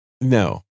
No